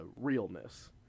realness